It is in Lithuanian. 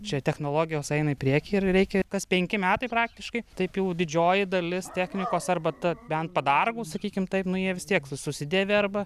čia technologijos eina į priekį ir reikia kas penki metai praktiškai taip jau didžioji dalis technikos arba ta bent padargų sakykim taip nu jie vis tiek susi susidėvi arba